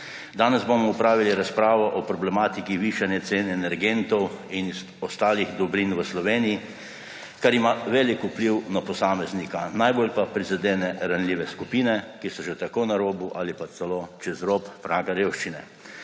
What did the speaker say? Danes bomo opravili razpravo o problematiki višanja cen energentov in ostalih dobrin v Sloveniji, kar ima velik vpliv na posameznika, najbolj pa prizadene ranljive skupine, ki so že tako na robu ali pa celo čez rob praga revščine.